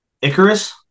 Icarus